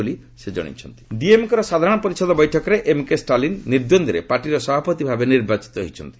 DMK meeting ଡିଏମ୍କେର ସାଧାରଣ ପରିଷଦ ବୈଠକରେ ଏମ୍କେ ଷ୍ଟାଲିନ୍ ନିର୍ଦ୍ଦେରେ ପାର୍ଟିର ସଭାପତି ଭାବେ ନିର୍ବାଚିତ ହୋଇଛନ୍ତି